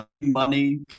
money